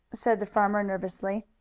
said the farmer nervously.